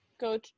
go